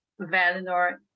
Valinor